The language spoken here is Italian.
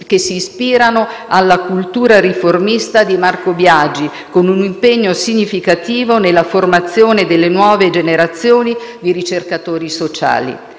che si ispirano alla cultura riformista di Marco Biagi, con un impegno significativo nella formazione delle nuove generazioni di ricercatori sociali.